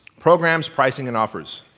programs pricing and offers